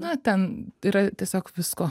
na ten yra tiesiog visko